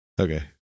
Okay